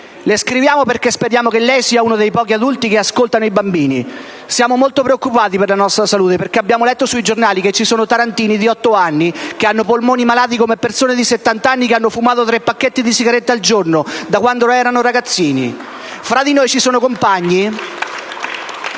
«Le scriviamo perché speriamo che lei sia uno di quei pochi adulti che ascoltano i bambini. Siamo molto preoccupati per la nostra salute perché abbiamo letto sui giornali che ci sono tarantini di otto anni che hanno polmoni malati come persone di settanta anni che hanno fumato tre pacchetti di sigarette al giorno da quando erano ragazzini». *(Applausi dal Gruppo*